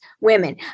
women